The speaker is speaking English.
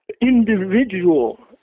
individual